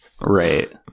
right